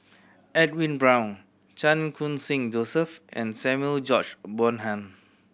Edwin Brown Chan Khun Sing Joseph and Samuel George Bonham